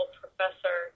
professor